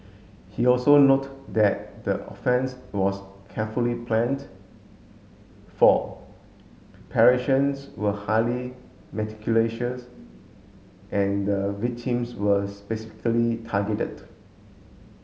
he also note that the offence was carefully planned for were highly and the victims were specifically targeted